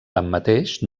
tanmateix